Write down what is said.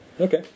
Okay